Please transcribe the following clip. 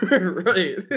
Right